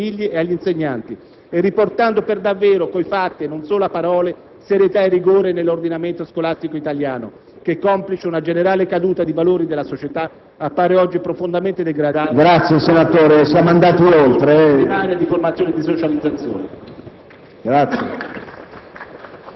dando magari certezze agli studenti, alle loro famiglie e agli insegnanti, e riportando per davvero, con i fatti e non solo a parole, serietà e rigore nell'ordinamento scolastico italiano che, complice una generale caduta di valori della società, appare oggi profondamente degradato proprio nella sua duplice funzione primaria di formazione e di socializzazione.